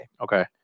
okay